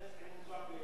חברת הכנסת חנין זועבי